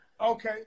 Okay